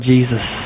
Jesus